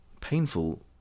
painful